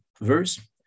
verse